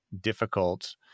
difficult